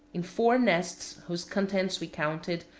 in four nests, whose contents we counted,